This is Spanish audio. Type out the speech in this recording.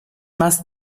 más